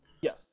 Yes